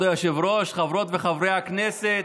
כבוד היושב-ראש, חברות וחברי הכנסת,